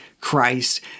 Christ